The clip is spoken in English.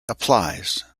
applies